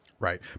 Right